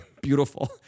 beautiful